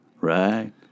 right